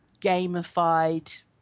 gamified